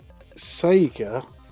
Sega